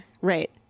Right